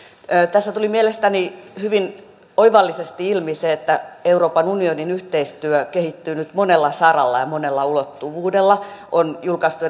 tässä tuli mielestäni hyvin oivallisesti ilmi se että euroopan unionin yhteistyö kehittyy nyt monella saralla ja monella ulottuvuudella on julkaistu